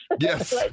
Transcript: yes